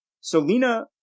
Selena